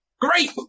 great